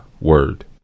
word